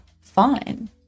fine